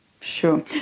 sure